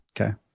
Okay